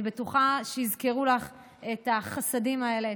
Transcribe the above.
אני בטוחה שיזכרו לך את החסדים האלה,